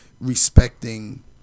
respecting